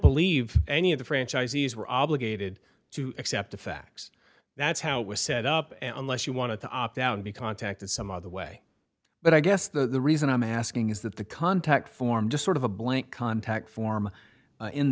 believe any of the franchisees were obligated to accept a fax that's how it was set up and unless you want to opt out and be contacted some other way but i guess the reason i'm asking is that the contact form just sort of a blank contact form